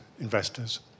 investors